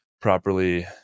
properly